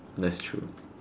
that's true